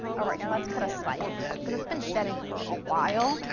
alright, now let's cut a slice because it's been setting for a while,